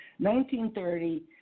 1930